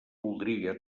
voldria